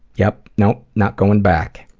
yup, nope, not going back.